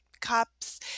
cups